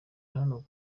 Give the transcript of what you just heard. hano